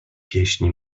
pieśni